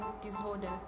disorder